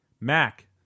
Mac